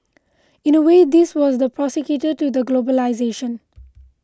in a way this was the precursor to the globalisation